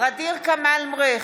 ע'דיר כמאל מריח,